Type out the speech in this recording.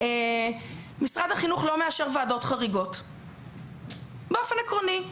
משרד החינוך לא מאשר ועדות חריגות באופן עקרוני.